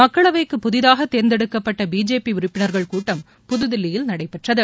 மக்களவைக்கு புதிதாக தேர்ந்தெடுக்கப்பட்ட பிஜேபி உறுப்பினர்கள் கூட்டம் புததில்லியில் நடைபெற்றது